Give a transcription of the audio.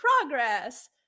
progress